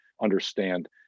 understand